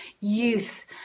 youth